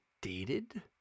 dated